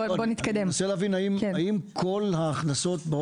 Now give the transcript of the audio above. מנסה להבין אם כל ההכנסות,